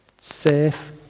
Safe